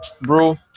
bro